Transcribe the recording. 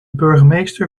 burgemeester